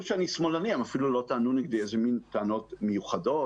הם אפילו לא טענו נגדי איזשהן טענות מיוחדות.